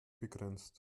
begrenzt